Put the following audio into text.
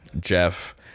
Jeff